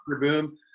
boom